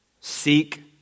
seek